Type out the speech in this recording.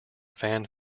fan